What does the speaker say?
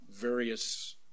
various